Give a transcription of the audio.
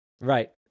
Right